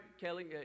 Kelly